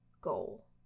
goal